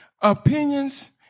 opinions